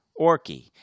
Orky